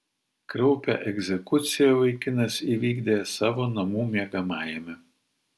kraupią egzekuciją vaikinas įvykdė savo namų miegamajame